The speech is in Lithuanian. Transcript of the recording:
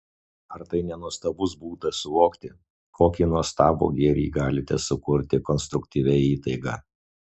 ar tai ne nuostabus būdas suvokti kokį nuostabų gėrį galite sukurti konstruktyvia įtaiga